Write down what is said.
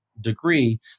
degree